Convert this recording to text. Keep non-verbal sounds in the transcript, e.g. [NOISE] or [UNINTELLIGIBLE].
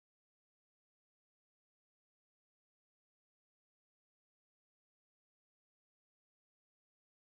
[UNINTELLIGIBLE]